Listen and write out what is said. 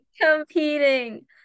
competing